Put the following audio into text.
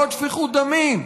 עוד שפיכות דמים,